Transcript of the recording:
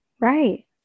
Right